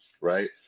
right